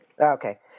Okay